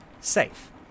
Safe